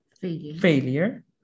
failure